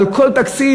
על כל תקציב,